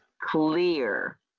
clear